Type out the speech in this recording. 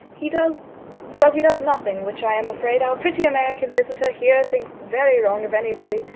he does well, he does nothing, which i am afraid our pretty american visitor here thinks very wrong of anybody,